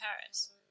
Paris